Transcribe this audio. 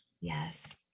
Yes